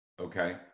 okay